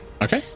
Okay